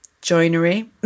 joinery